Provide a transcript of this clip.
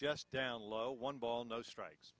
just down low one ball no strikes